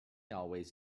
always